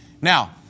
Now